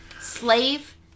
slave